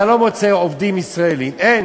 אתה לא מוצא עובדים ישראלים שיעבדו בהן.